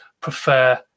prefer